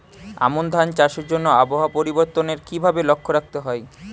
আমন ধান চাষের জন্য আবহাওয়া পরিবর্তনের কিভাবে লক্ষ্য রাখতে হয়?